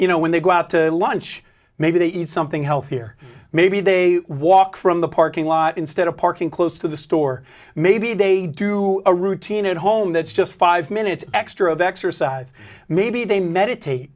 you know when they go out to lunch maybe they eat something healthier maybe they walk from the parking lot instead of parking close to the store maybe they do a routine at home that's just five minutes extra of exercise maybe they meditate